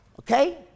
Okay